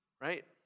right